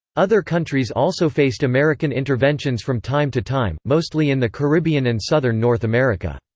other countries also faced american interventions from time to time, mostly in the caribbean and southern north america.